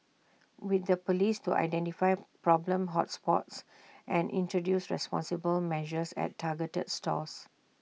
with the Police to identify problem hot spots and introduce responsible measures at targeted stores